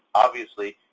obviously,